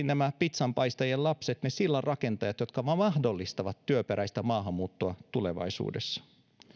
nämä pitsanpaistajien lapset ovat todennäköisesti ne sillanrakentajat jotka mahdollistavat työperäistä maahanmuuttoa tulevaisuudessa